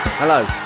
Hello